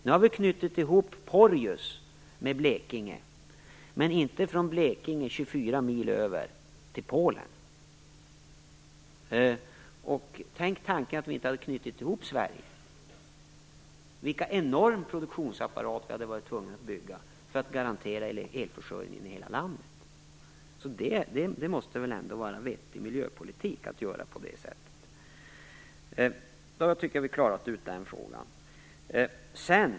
Nu har vi knutit ihop Porjus med Blekinge, men inte Blekinge och Polen, bara 24 mil bort! Tänk om inte näten i Sverige varit ihopknutna - vilken enorm produktionsapparat vi hade varit tvungna att bygga för att kunna garantera elförsörjningen i hela landet! Det måste väl ändå vara en vettig miljöpolitik att göra på det sättet? Nu har vi klarat ut den frågan.